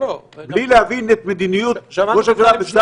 בלי להבין את מדיניות ראש הממשלה ושר